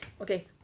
Okay